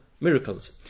miracles